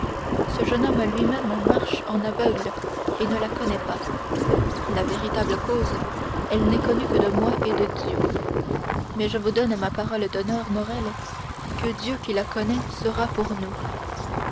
ce jeune homme lui-même marche en aveugle et ne la connaît pas la véritable cause elle n'est connue que de moi et de dieu mais je vous donne ma parole d'honneur morrel que dieu qui la connaît sera pour nous